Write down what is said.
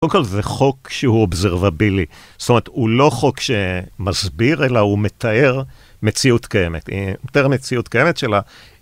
קודם כל זה חוק שהוא אובזרובילי, זאת אומרת הוא לא חוק שמסביר אלא הוא מתאר מציאות קיימת, הוא מתאר מציאות קיימת של ה...